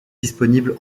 disponible